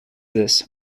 this